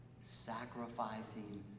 sacrificing